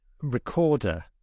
recorder